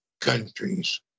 countries